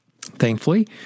Thankfully